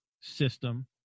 system